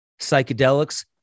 psychedelics